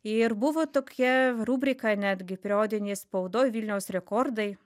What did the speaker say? ir buvo tokia rubrika netgi periodinėj spaudoj vilniaus rekordai